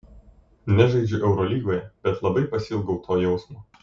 nežaidžiu eurolygoje bet labai pasiilgau to jausmo